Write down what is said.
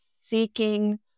seeking